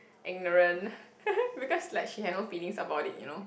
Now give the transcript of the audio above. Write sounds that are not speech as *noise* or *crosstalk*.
ignorant *laughs* because like she had no feelings about it you know